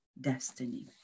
destiny